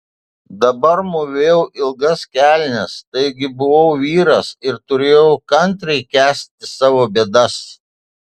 dabar mūvėjau ilgas kelnes taigi buvau vyras ir turėjau kantriai kęsti savo bėdas